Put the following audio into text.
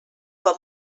com